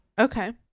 Okay